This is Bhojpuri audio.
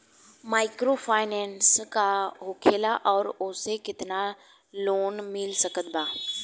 माइक्रोफाइनन्स का होखेला और ओसे केतना लोन मिल सकत बा?